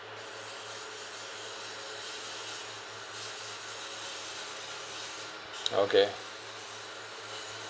okay